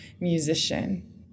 musician